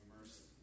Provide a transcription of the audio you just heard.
mercy